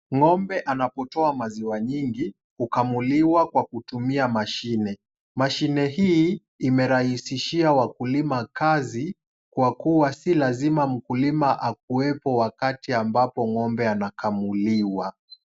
Ng'ombe anapotoa maziwa nyingi, hukamuliwa kwa kutumia mashine. Mashine hii imerahisishia wakulima kazi, kwa kuwa si lazima mkulima akuwepo wakati ambapo ng'ombe anakamuliwa.